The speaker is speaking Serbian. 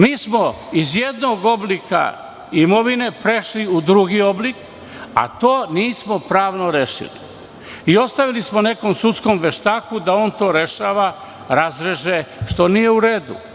Mi smo iz jednog oblika imovine prešli u drugi oblik, a to nismo pravno rešili i ostavili smo nekom sudskom veštaku da on to rešava, razreže, što nije u redu.